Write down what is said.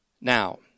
Now